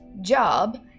job